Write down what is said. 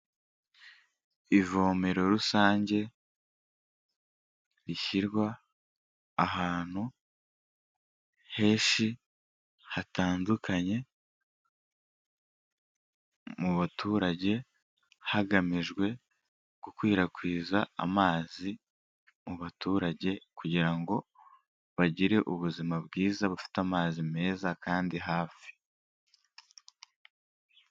Ivomero rusange rishyirwa ahantu henshi hatandukanye mu baturage, hagamijwe gukwirakwiza amazi mu baturage kugira ngo bagire ubuzima bwiza bufite amazi meza kandi hafi.